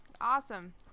Awesome